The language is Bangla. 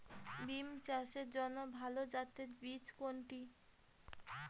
বিম চাষের জন্য ভালো জাতের বীজ কোনটি?